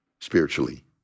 spiritually